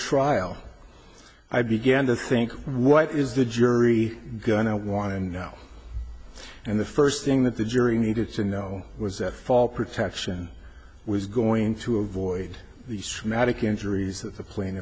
trial i began to think what is the jury going to want to know and the first thing that the jury needed to know was that fall protection was going to avoid the schematic injuries that the pla